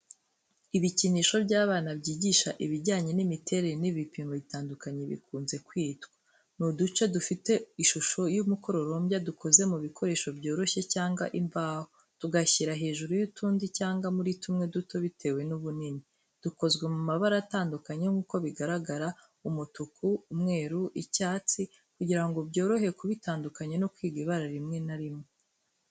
Ibikinisho by'abana byigisha ibijyanye n'imiterere n'ibipimo bitandukanye bikunze kwitwa. Ni uduce dufite ishusho y'umukororombya dukoze mu bikoresho byoroshye cyangwa imbaho, tugashyirwa hejuru y’utundi cyangwa muri tumwe duto bitewe n'ubunini. Dukozwe mu mabara atandukanye nk’uko bigaragara: umutuku, umweru, icyatsi, kugira ngo byorohe kubitandukanya no kwiga ibara rimwe na rimwe.